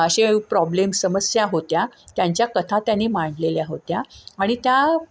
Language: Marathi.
असे प्रॉब्लेम समस्या होत्या त्यांच्या कथा त्यांनी मांडलेल्या होत्या आणि त्या